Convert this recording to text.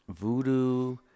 Voodoo